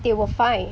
they will find